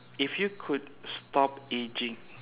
if you could stop aging